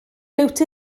liwt